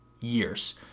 years